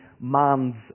man's